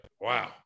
Wow